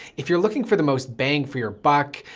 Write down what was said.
if you're looking for the most bang for your buck,